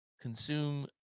Consume